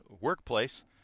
workplace